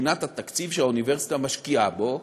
מבחינת התקציב שהאוניברסיטה משקיעה בו,